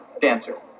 Dancer